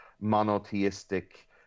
monotheistic